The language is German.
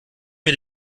mir